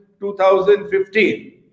2015